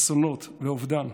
אסונות ואובדן,